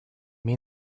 mean